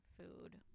food